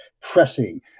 pressing